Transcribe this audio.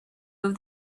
move